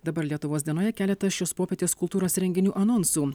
dabar lietuvos dienoje keletas šios popietės kultūros renginių anonsų